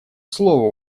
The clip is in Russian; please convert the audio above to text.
слово